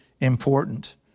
important